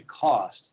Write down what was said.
cost